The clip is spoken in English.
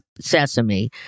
Sesame